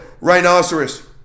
rhinoceros